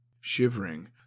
shivering